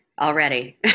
already